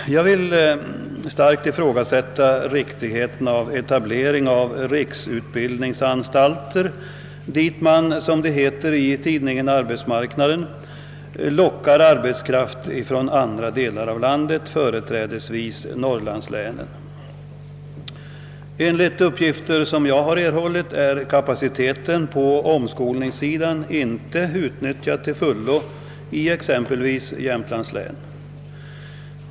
Jag vill starkt ifrågasätta riktigheten av etablering av riksutbildningsanstalter dit man, som det heter i arbetsmarknadsstyrelsens publikation Arbetsmarknaden, lockar. arbetskraft från andra delar av landet, företrädesvis norrlandslänen. Enligt uppgifter som jag har erhållit är kapaciteten på omskolningssidan inte utnyttjad till fullo i exempelvis Jämtlands län.